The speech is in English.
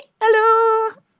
Hello